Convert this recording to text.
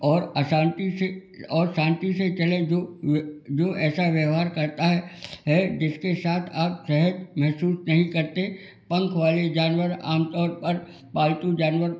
और अशांति से और शांति से चलें जो जो ऐसा व्यवहार करता है है जिसके साथ आप सहज महसूस नहीं करते पंख वाले जानवर आम तौर पर पालतू जानवर